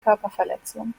körperverletzung